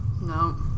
No